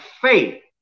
faith